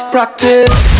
Practice